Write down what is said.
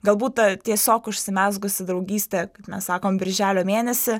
galbūt ta tiesiog užsimezgusi draugystė kaip mes sakom birželio mėnesį